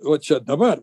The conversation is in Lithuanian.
o čia dabar